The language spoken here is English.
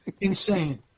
insane